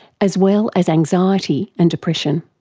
as well as anxiety and depression.